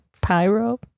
Pyro